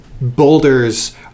boulders